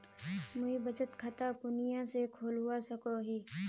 मुई बचत खता कुनियाँ से खोलवा सको ही?